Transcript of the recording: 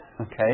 okay